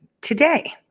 today